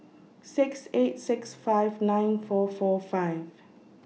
six eight six five nine four four five